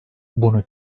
bunu